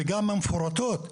וגם המפורטות.